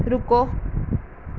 ਰੁਕੋ